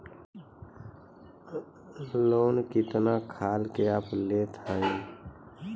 Loan कितना खाल के आप लेत हईन?